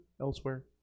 elsewhere